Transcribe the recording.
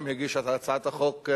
גם הגישה את הצעת חוק,